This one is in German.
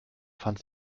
fand